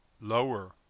lower